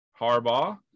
Harbaugh